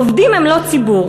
עובדים הם לא ציבור,